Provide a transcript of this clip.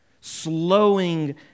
slowing